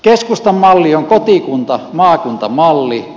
keskustan malli on kotikuntamaakunta malli